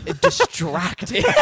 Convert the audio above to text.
distracting